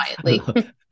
quietly